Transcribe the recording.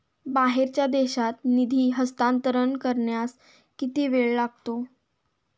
बाहेरच्या देशात निधी हस्तांतरणास किती वेळ लागेल?